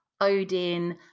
Odin